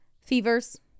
fevers